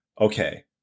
okay